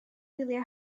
wyliau